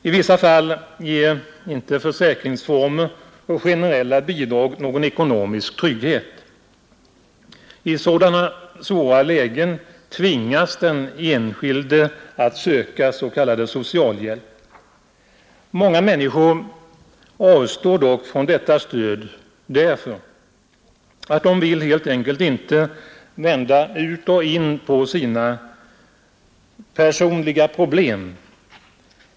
I vissa fall ger inte försäkringsformer och generella bidrag någon ekonomisk trygghet. I sådana svåra lägen tvingas den enskilde att söka s.k. socialhjälp. Många människor avstår dock från detta stöd därför att de vill helt enkelt inte vända ut och in på sina personliga problem.